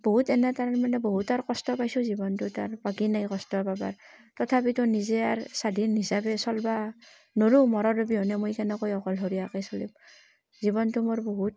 বহুত এনে তাৰমানে বহুত আৰ কষ্ট পাইছোঁ জীৱনটোত আৰু বাকী নাই কষ্ট পাবৰ তথাপিতো নিজে আৰ স্বাধীন হিচাপে চলিব নৰোঁ মৰাৰ অবিহনে মই কেনেকৈ অকলশৰীয়াকৈ চলিম জীৱনটো মোৰ বহুত